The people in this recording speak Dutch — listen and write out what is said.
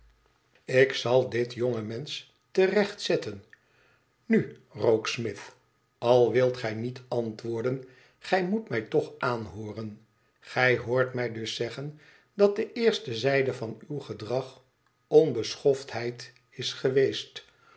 ik zal dit jonge mensch te recht zetten nu rokesmith al wilt gij niet antwoorden gij moet mij toch aanhooren gij hoort mij dus zeggen dat de eerste zijde van uw gedrag onbeschoftheid is geweest